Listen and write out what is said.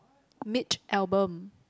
Mitch Albom